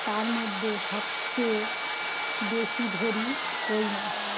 তার মধ্যে সবচেয়ে বেশি ধরি কই মাছ